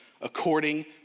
according